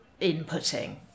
inputting